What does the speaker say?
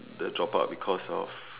the drop out because of